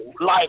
life